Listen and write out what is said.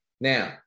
Now